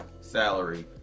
salary